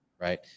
right